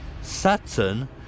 Saturn